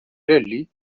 leslie